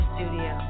Studio